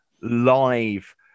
live